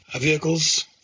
vehicles